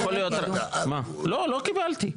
לא, לא קיבלתי.